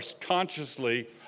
consciously